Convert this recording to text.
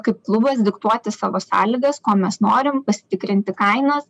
kaip klubas diktuoti savo sąlygas ko mes norim pasitikrinti kainas